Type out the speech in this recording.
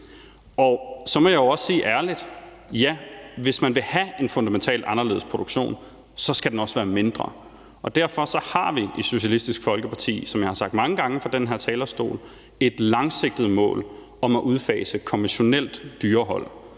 Så må jeg også sige ærligt: Ja, hvis man vil have en fundamentalt anderledes produktion, skal den også være mindre, og derfor har vi i Socialistisk Folkeparti, som jeg har sagt mange gange fra den her talerstol, et langsigtet mål om at udfase konventionelt dyrehold.